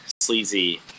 sleazy